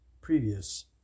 previous